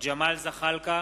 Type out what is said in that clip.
ג'מאל זחאלקה,